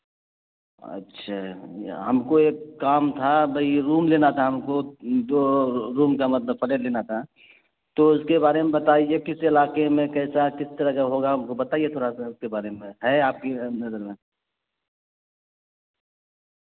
اچھا ہم کو ایک کام تھا بھائی روم لینا تھا ہم کو دو روم کا مطلب پھٹہ لینا تھا تو اس کے بارے میں بتائیے کس علاقے میں کیسا کس طرح کا ہوگا ہم کو بتائیے تھوڑا سا اس کے بارے میں ہے آپ کی نظر میں